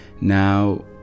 Now